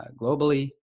globally